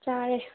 ꯆꯥꯔꯦ